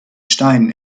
stein